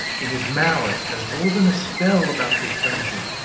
in his malice, has woven a spell about this dungeon,